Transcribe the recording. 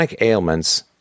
ailments